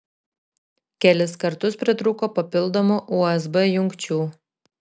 kelis kartus pritrūko papildomų usb jungčių